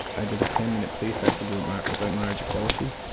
ah did a ten minute play festival about marriage equality,